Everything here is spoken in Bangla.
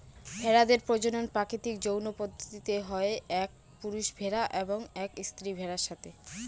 ভেড়াদের প্রজনন প্রাকৃতিক যৌন পদ্ধতিতে হয় এক পুরুষ ভেড়া এবং এক স্ত্রী ভেড়ার সাথে